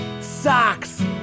Socks